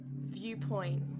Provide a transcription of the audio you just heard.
viewpoint